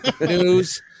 news